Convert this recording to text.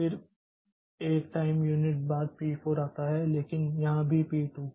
फिर 1 time unit बाद P 4 आता है लेकिन यहाँ भी P 2